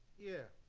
yeah.